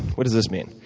what does this mean?